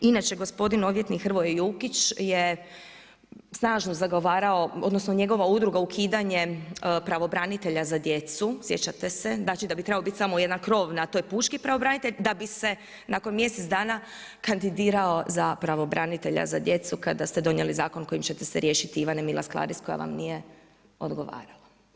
Inače gospodin odvjetnik Hrvoje Jukić je snažno zagovarao, odnosno, njegova udruga ukidanje pravobranitelja za djecu, sjećate se, znači da bi trebao biti samo jedna krovna, to je pučki pravobranitelj, da bi se nakon mjesec dana kandidirao za pravobranitelja za djecu kada ste donijeli zakon kojim ćete se riješiti Ivane Milas Klaris koja vam nije odgovorila.